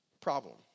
problem